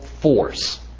force